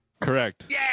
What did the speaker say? correct